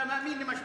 לא לא,